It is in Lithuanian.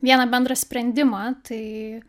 vieną bendrą sprendimą tai